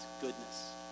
goodness